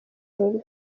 loni